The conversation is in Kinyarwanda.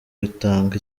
bitanga